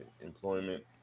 employment